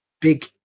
big